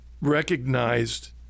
recognized